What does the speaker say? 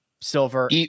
silver